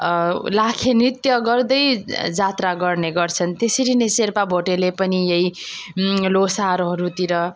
लाखे नृत्य गर्दै जात्रा गर्ने गर्छन् त्यसरी नै शेर्पा भोटेले पनि यही ल्होसारहरू तिर